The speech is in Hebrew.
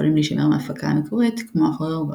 יכולים להישמר מההפקה המקורית, כמו הכוריאוגרפיה.